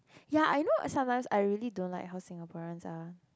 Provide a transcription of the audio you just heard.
ya I know some times I really don't like how Singaporeans are